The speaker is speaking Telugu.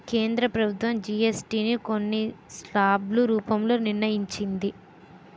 కేంద్ర ప్రభుత్వం జీఎస్టీ ని కొన్ని స్లాబ్ల రూపంలో నిర్ణయించింది